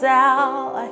out